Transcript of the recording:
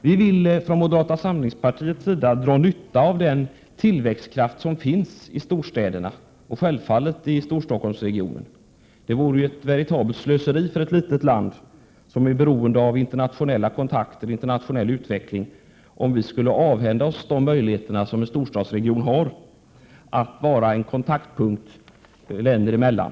Vi i moderata samlingspartiet vill dra nytta av den tillväxtkraft som finns i storstäderna och självfallet i Storstockholmsregionen. Det vore ju ett veritabelt slöseri för ett litet land som är beroende av internationella kontakter och internationell utveckling att avhända sig de möjligheter som en storstadsregion har att vara en kontaktpunkt länder emellan.